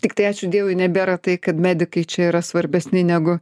tiktai ačiū dievui nebėra tai kad medikai čia yra svarbesni negu